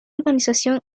organización